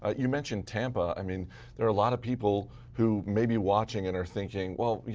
ah you mentioned tampa. i mean there are a lot of people who may be watching and are thinking, well,